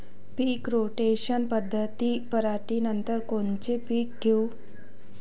पीक rotation पद्धतीत पराटीनंतर कोनचे पीक घेऊ?